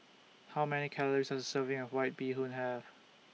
How Many Calories Does A Serving of White Bee Hoon Have